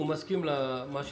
מצב